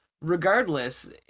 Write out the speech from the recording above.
regardless